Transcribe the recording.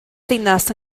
ddinas